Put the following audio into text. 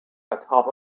atop